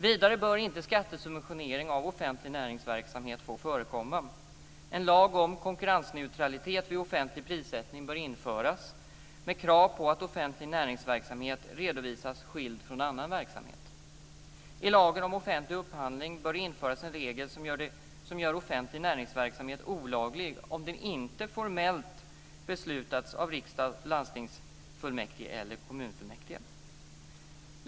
Vidare bör inte skattesubventionering av offentlig näringsverksamhet få förekomma. En lag om konkurrensneutralitet vid offentlig prissättning bör införas med krav på att offentlig näringsverksamhet redovisas skild från annan verksamhet. I lagen om offentlig upphandling bör det införas en regel som gör offentlig näringsverksamhet olaglig om den inte formellt beslutats av riksdag, landstingsfullmäktige eller kommunfullmäktige.